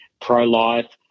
pro-life